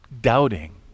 doubting